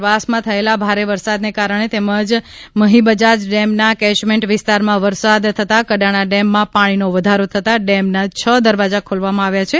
ઉપરવાસમાં થયેલા ભારે વરસાદને કારણે તેમજ મહીબજાજ ડેમના કેચમેન્ટ વિસ્તારમાં વરસાદ થતા કડાણા ડેમમાં પાણીનો વધારો થતાં ડેમના છ દરવાજા ખોલવામાં આવ્યા છે